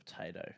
potato